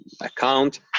account